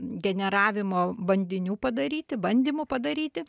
generavimo bandinių padaryti bandymų padaryti